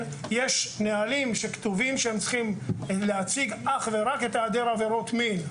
יש נהלים שכתובים שהם צריכים להציג אך ורק את היעדר עבירות המין.